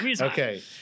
Okay